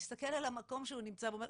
מסתכל על המקום שהוא נמצא בו ואומר,